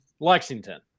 Lexington